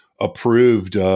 approved